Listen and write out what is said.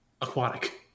aquatic